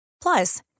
Plus